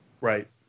right